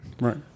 Right